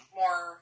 more